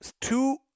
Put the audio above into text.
Two